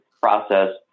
process